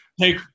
take